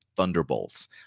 Thunderbolts